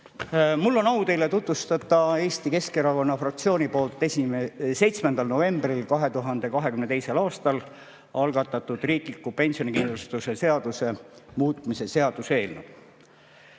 Mul on au teile tutvustada Eesti Keskerakonna fraktsiooni 7. novembril 2022. aastal algatatud riikliku pensionikindlustuse seaduse muutmise seaduse eelnõu.